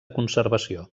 conservació